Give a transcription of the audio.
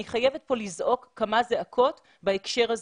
אני חייבת לזעוק כמה זעקות בהקשר הזה.